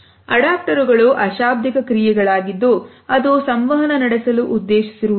ಅಡಾಪ್ಟರುಗಳು ಅಶಾಬ್ದಿಕ ಕ್ರಿಯೆಗಳಾಗಿದ್ದು ಅದು ಸಂವಹನ ನಡೆಸಲು ಉದ್ದೇಶಿಸಿರುವ ದಿಲ್ಲ